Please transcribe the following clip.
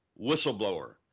whistleblower